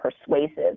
persuasive